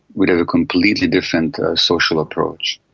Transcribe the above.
we'd have a completely different social approach.